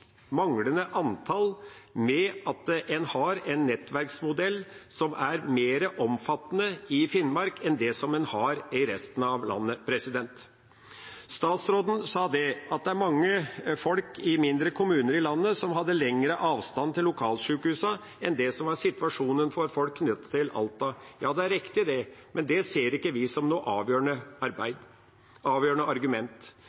manglende antall med at en har en nettverksmodell som er mer omfattende i Finnmark enn i resten av landet. Statsråden sa at det er mange folk i mindre kommuner i landet som har lengre avstand til lokalsjukehusene enn det som er situasjonen for folk knyttet til Alta. Ja, det er riktig, men det ser ikke vi som noe avgjørende